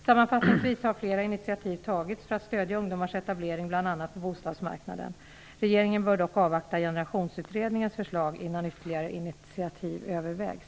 Sammanfattningsvis har flera initiativ tagits för att stödja ungdomars etablering, bl.a. på bostadsmarknaden. Regeringen bör dock avvakta Generationsutredningens förslag innan ytterligare initiativ övervägs.